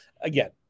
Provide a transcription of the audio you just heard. again